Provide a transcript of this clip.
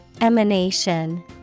Emanation